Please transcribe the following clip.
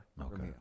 Okay